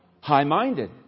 high-minded